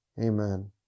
amen